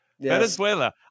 Venezuela